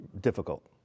difficult